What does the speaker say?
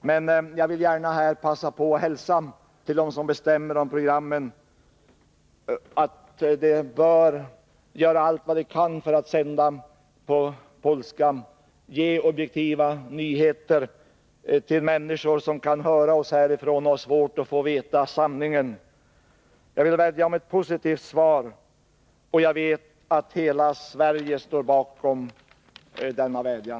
Men jag vill gärna passa på att hälsa till dem som bestämmer om programmen att de bör göra allt vad de kan för att sända på polska, ge objektiva nyheter till människor som kan höra oss härifrån och som har svårt att få veta sanningen. Jag vill vädja om ett positivt svar. Jag vet att hela Sverige står bakom denna vädjan.